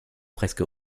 presque